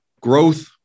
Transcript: growth